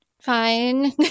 fine